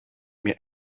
mir